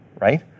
right